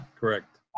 correct